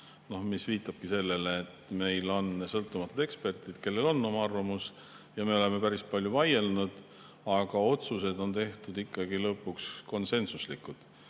mis viitabki sellele, et meil on sõltumatud eksperdid, kellel on oma arvamus. Me oleme päris palju vaielnud, aga otsused on tehtud ikkagi lõpuks konsensuslikult.